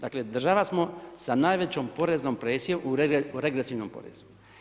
Dakle država smo sa najvećom poreznom presijom u regresivnom porezu.